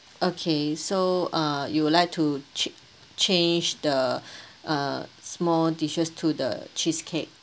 okay so uh you would like to cha~ change the uh small dishes to the cheesecake